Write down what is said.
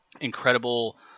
Incredible